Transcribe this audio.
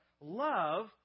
love